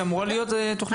שאמורה להיות תכנית משותפת.